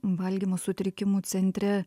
valgymo sutrikimų centre